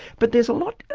but there's a lot,